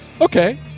Okay